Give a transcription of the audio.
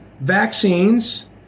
vaccines